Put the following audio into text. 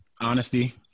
honesty